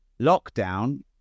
Lockdown